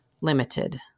limited